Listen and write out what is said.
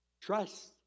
Trust